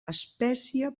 espècie